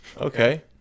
Okay